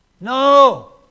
No